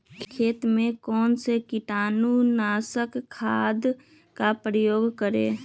खेत में कौन से कीटाणु नाशक खाद का प्रयोग करें?